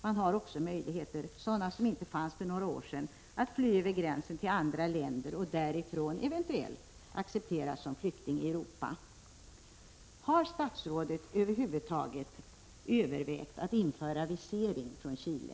Det finns också möjligheter — sådana som inte fanns för några år sedan — att fly över gränsen till andra länder och därifrån eventuellt accepteras som flykting i Europa. Har statsrådet över huvud taget övervägt att införa visering från Chile?